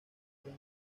era